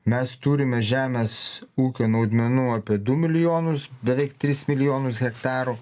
mes turime žemės ūkio naudmenų apie du milijonus beveik tris milijonus hektarų